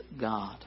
God